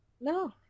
No